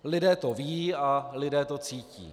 Lidé to vědí a lidé to cítí.